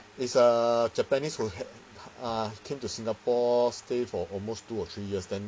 is a japanese who have uh came to singapore stay for almost two or three years then